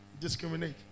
Discriminate